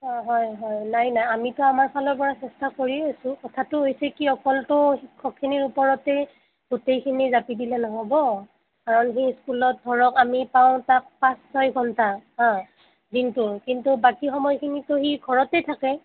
অঁ হয় হয় নাই নাই আমিতো আমাৰ ফালৰ পৰা চেষ্টা কৰিয়ে আছোঁ কথাটো হৈছে কি অকলটো শিক্ষকখিনিৰ ওপৰতেই গোটেইখিনি জাপি দিলে নহ'ব কাৰণ সি স্কুলত ধৰক আমি পাওঁ তাক পাঁচ ছয় ঘণ্টা হা দিনটো কিন্তু বাকী সময়খিনিতো সি ঘৰতেই থাকে